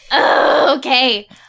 Okay